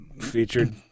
featured